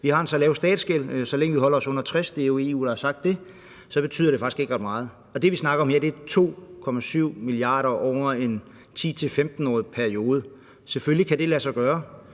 Vi har så lav en statsgæld, og så længe vi holder os under 60 pct. af bnp – det er EU, der har sagt det – betyder det faktisk ikke ret meget. Og det, vi snakker om her, er 2,7 mia. kr. over en 10-15-årig periode; selvfølgelig kan det lade sig gøre.